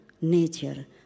nature